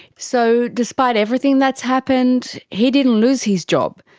so despite everything that's happened he didn't lose his job.